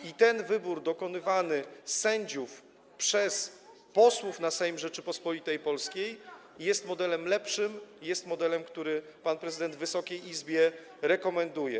I ten wybór sędziów dokonywany przez posłów na Sejm Rzeczypospolitej Polskiej jest modelem lepszym, jest modelem, który pan prezydent Wysokiej Izbie rekomenduje.